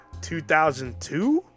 2002